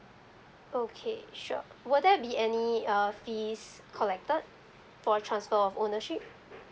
okay sure will there be any uh fees collected for transfer of ownership